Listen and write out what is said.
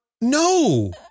No